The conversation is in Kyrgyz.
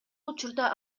учурда